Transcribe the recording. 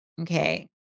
Okay